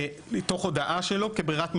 תוך הודעה שלו כברירת מחדל.